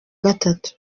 gatatu